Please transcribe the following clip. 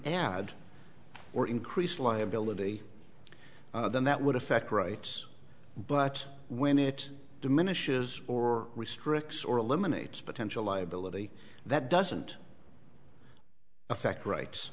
add or increase liability then that would affect rights but when it diminishes or restricts or eliminates potential liability that doesn't affect rights